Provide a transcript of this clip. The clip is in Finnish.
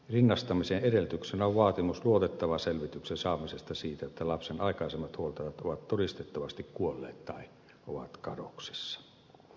rinnastamisen edellytyksenä on vaatimus luotettavan selvityksen saamisesta siitä että lapsen aikaisemmat huoltajat ovat todistettavasti kuolleet tai ovat kadoksissa